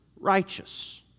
righteous